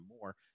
more